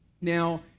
Now